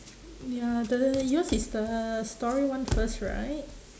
ya the yours is the story one first right